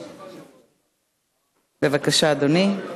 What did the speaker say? בבקשה, אדוני.